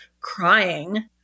crying